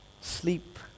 sleep